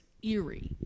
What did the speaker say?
Eerie